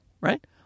Right